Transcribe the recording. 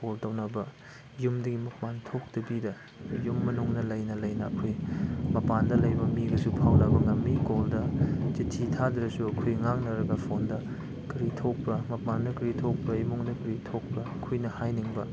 call ꯇꯧꯅꯕ ꯌꯨꯝꯗꯒꯤ ꯃꯄꯥꯜ ꯊꯣꯛꯇꯕꯤꯗ ꯌꯨꯝ ꯃꯅꯨꯡꯗ ꯂꯩꯅ ꯂꯩꯅ ꯑꯩꯈꯣꯏ ꯃꯄꯥꯟꯗ ꯂꯩꯕ ꯃꯤꯒꯁꯨ ꯐꯥꯎꯅꯕ ꯉꯝꯃꯤ ꯀꯣꯜꯗ ꯆꯤꯊꯤ ꯌꯥꯗ꯭ꯔꯁꯨ ꯑꯩꯈꯣꯏ ꯉꯥꯡꯅꯔꯒ ꯐꯣꯟꯗ ꯀꯔꯤ ꯊꯣꯛꯄ꯭ꯔꯥ ꯃꯄꯥꯟꯗ ꯀꯔꯤ ꯊꯣꯛꯄ꯭ꯔꯥ ꯏꯃꯨꯡꯗ ꯀꯔꯤ ꯊꯣꯛꯄ꯭ꯔꯥ ꯑꯩꯈꯣꯏꯅ ꯍꯥꯏꯅꯤꯡꯕ